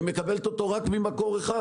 היא מקבלת אותו רק ממקור אחד